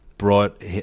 brought